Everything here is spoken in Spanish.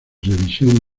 revisión